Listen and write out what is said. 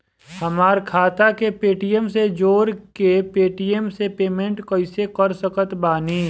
हमार खाता के पेटीएम से जोड़ के पेटीएम से पेमेंट कइसे कर सकत बानी?